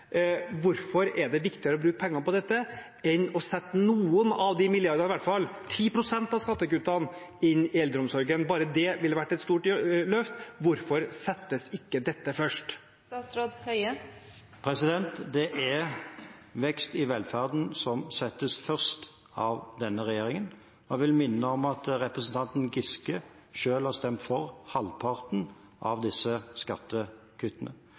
Hvorfor er det viktigere å bruke penger på dette enn å sette noen av de milliardene, i hvert fall 10 pst. av skattekuttene, inn i eldreomsorgen? Bare det ville vært et stort løft. Hvorfor settes ikke dette først? Det er vekst i velferden som settes først av denne regjeringen. Jeg vil minne om at representanten Giske selv har stemt for halvparten av disse skattekuttene.